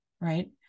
Right